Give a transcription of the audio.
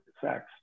sex